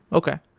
okay,